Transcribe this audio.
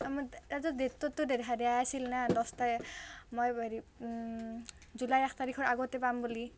ডেটটোতো দেখাই দিয়া আছিল ন' দহ মই হেৰি জুলাই এক তাৰিখৰ আগতে পাম বুলি